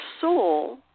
soul